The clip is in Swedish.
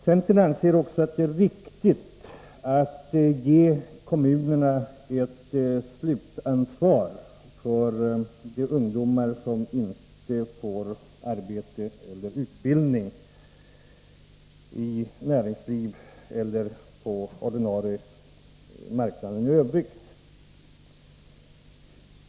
Centern anser också att det är riktigt att ge kommunerna ett slutansvar för de ungdomar som inte får arbete eller utbildning i näringslivet eller på den ordinarie arbetsmarknaden i övrigt.